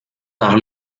par